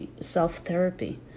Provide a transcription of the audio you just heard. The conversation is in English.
self-therapy